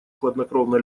хладнокровно